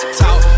talk